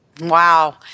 Wow